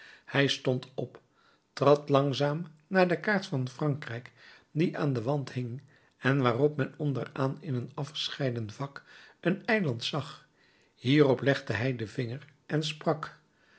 hij stond op trad langzaam naar de kaart van frankrijk die aan den wand hing en waarop men onderaan in een afgescheiden vak een eiland zag hierop legde hij den vinger en sprak